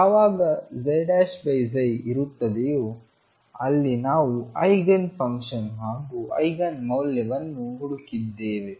ಯಾವಾಗψ ಇರುತ್ತದೆಯೋ ಅಲ್ಲಿ ನಾವು ಐಗನ್ ಫಂಕ್ಷನ್ ಹಾಗೂ ಐಗನ್ ಮೌಲ್ಯವನ್ನು ಹುಡುಕಿದ್ದೇವೆ